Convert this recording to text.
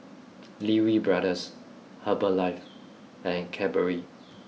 Lee Wee Brothers Herbalife and Cadbury